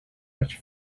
much